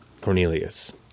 Cornelius